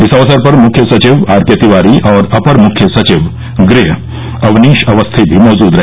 इस अवसर पर मुख्य सचिव आरके तिवारी और अपर मुख्य सचिव गृह अवनीश अवस्थी भी मौजूद रहे